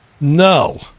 No